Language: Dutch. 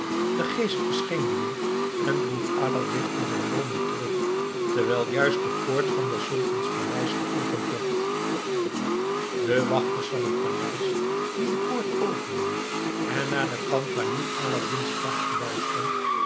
de geest verscheen nu weer en droeg aladdin in zijn woning terug terwijl juist de poort van des sultans paleis geopend werd de wachters van het paleis die de poort openden en naar den kant waar nu aladdin's prachtgebouw stond